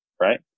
right